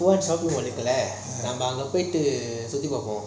shopping mall இருக்குல்ல அங்க பொய் நம்ம சுத்தி பாப்போம்:irukula anga poi namma suthi paapom